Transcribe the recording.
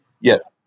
Yes